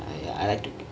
ya I took